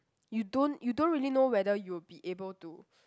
you don't you don't really know whether you'll be able to